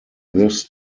this